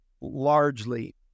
largely